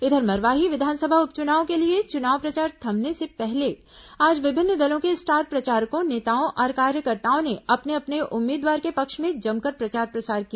इधर मरवाही विधानसभा उपचुनाव के लिए चुनाव प्रचार थमने से पहले आज विभिन्न दलों के स्टार प्रचारकों नेताओं और कार्यकर्ताओं ने अपने अपने उम्मीदवार के पक्ष में जमकर प्रचार प्रसार किया